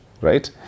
right